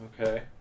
Okay